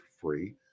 free